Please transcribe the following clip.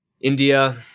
India